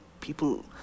people